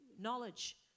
knowledge